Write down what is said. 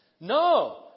No